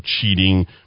cheating